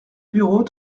bureau